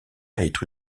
être